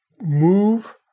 move